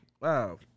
wow